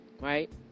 Right